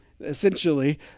Essentially